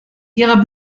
ihrer